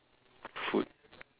food